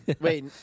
Wait